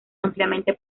ampliamente